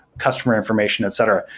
customer information, etc.